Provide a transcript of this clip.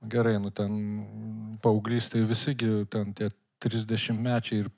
gerai nu ten paauglystėj visi gi ten tie trisdešimtmečiai ir